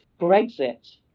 Brexit